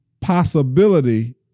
possibility